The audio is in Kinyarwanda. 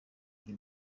iyi